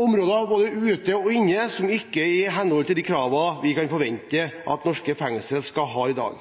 områder, både ute og inne, som ikke er i henhold til de kravene til standard vi kan forvente at norske fengsler skal ha i dag.